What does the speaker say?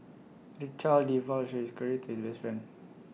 the child divulged his great to his best friend